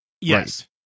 yes